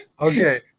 Okay